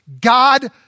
God